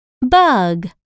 Bug